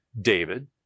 David